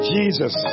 Jesus